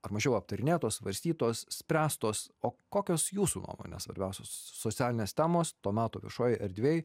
ar mažiau aptarinėtos svarstytos spręstos o kokios jūsų nuomone svarbiausios sosialinės temos to meto viešoj erdvėj